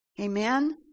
Amen